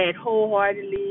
wholeheartedly